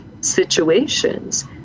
situations